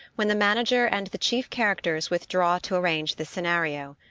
when the manager and the chief characters with draw to arrange the scenario.